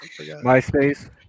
MySpace